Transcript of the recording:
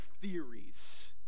theories